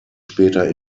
später